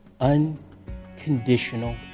unconditional